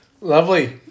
Lovely